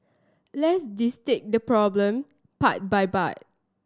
let's dissect this problem part by part